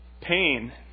pain